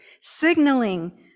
signaling